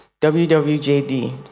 WWJD